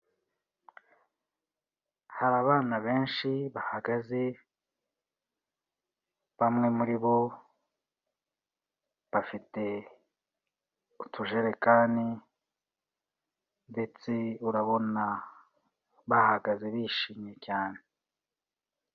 Hari abana benshi bahagaze, bamwe muri bo bafite utujerekani, ndetse urabona bahagaze bishimye cyane.